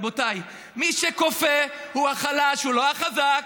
רבותיי, מי שכופה הוא החלש, הוא לא החזק.